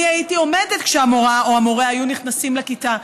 אני הייתי עומדת כשהמורָה או המורֶה היו נכנסים לכיתה.